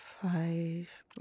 five